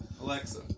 Alexa